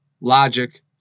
logic